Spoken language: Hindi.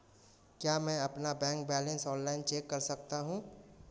क्या मैं अपना बैंक बैलेंस ऑनलाइन चेक कर सकता हूँ?